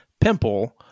pimple